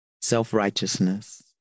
self-righteousness